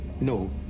no